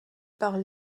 par